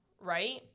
Right